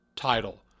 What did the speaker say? title